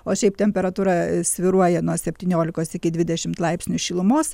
o šiaip temperatūra e svyruoja nuo septyniolikos iki dvidešimt laipsnių šilumos